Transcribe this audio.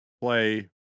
play